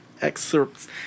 excerpts